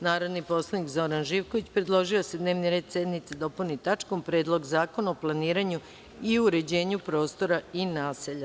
Narodni poslanik Zoran Živković predložio je da se dnevni red sednice dopuni tačkom – Predlog zakona o planiranju i uređenju prostora i naselja.